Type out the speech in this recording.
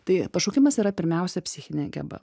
tai pašaukimas yra pirmiausia psichinė geba